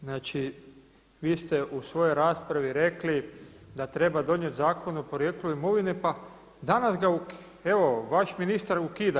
Znači vi ste u svojoj raspravi rekli da treba donijeti Zakon o porijeklu imovine, pa dana ga evo vaš ministar ukida.